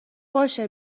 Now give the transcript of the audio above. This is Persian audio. باشه